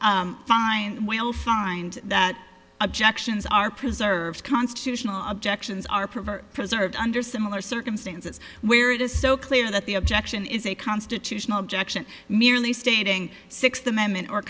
law find will find that objections are preserved constitutional objections are preferred preserved under similar circumstances where it is so clear that the objection is a constitutional objection merely stating sixth amendment or